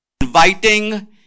inviting